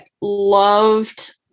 loved